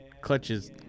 clutches